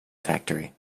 factory